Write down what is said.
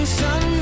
sun